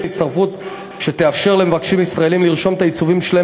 הצטרפות שתאפשר למבקשים ישראלים לרשום את העיצובים שלהם